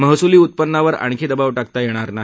महसुली उत्पन्नावर आणखी दबाव टाकता येणार नाही